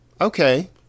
Okay